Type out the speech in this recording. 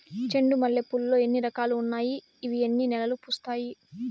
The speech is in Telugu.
చెండు మల్లె పూలు లో ఎన్ని రకాలు ఉన్నాయి ఇవి ఎన్ని నెలలు పూస్తాయి